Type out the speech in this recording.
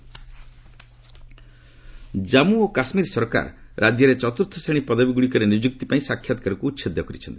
JK no interview Jammu ଓ କାଶ୍ମୀର ସରକାର ରାଜ୍ୟରେ ଚତୁର୍ଥ ଶ୍ରେଣୀ ପଦବୀଗୁଡ଼ିକରେ ନିଯୁକ୍ତି ପାଇଁ ସାକ୍ଷାତକାରକୁ ଉଚ୍ଛେଦ କରିଛନ୍ତି